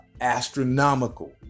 astronomical